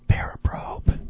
Paraprobe